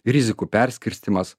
rizikų perskirstymas